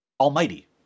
Almighty